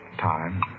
time